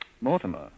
Mortimer